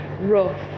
rough